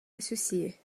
associée